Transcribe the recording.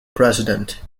president